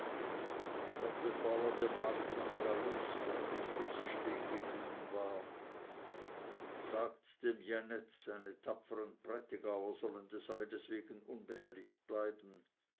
dann befahl er dem hauptmann gallus der unschlüssig stehen geblieben war sagt dem janett seine tapferen prätigauer sollen des eides wegen unbehelligt bleiben